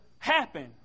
Happen